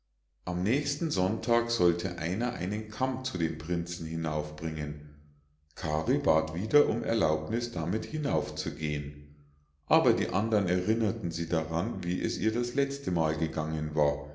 am nächsten sonntag sollte einer einen kamm zu dem prinzen hinaufbringen kari bat wieder um erlaubniß damit hinaufzugehen aber die andern erinnerten sie daran wie es ihr das letzte mal gegangen war